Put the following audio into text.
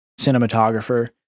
cinematographer